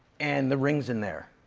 and the ring's in there.